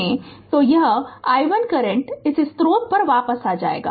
तो अंत में यह i1 करंट इस स्रोत पर वापस आ जाएगा